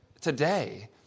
today